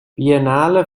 biennale